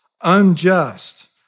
unjust